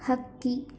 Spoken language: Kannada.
ಹಕ್ಕಿ